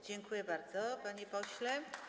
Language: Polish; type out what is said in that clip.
Dziękuję bardzo, panie pośle.